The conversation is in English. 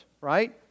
Right